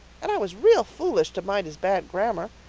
and i was real foolish to mind his bad grammar.